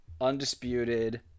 undisputed